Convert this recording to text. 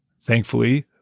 thankfully